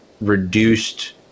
reduced